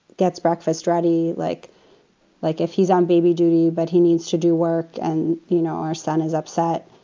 gets breakfast ready. like like if he's on baby duty, but he needs to do work. and, you know, our son is upset.